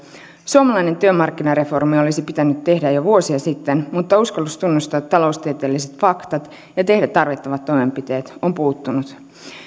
suomalainen työmarkkinareformi olisi pitänyt tehdä jo vuosia sitten mutta uskallus tunnustaa taloustieteelliset faktat ja tehdä tarvittavat toimenpiteet on puuttunut